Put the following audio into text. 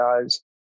guys